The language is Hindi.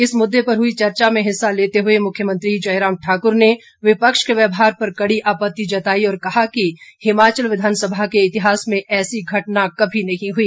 इस मुद्दे पर हुई चर्चा में हिस्सा लेते हुए मुख्यमंत्री जयराम ठाकुर ने विपक्ष के व्यवहार पर कड़ी आपत्ति जताई और कहा कि हिमाचल विधानसभा के इतिहास में ऐसी घटना कभी नहीं हुई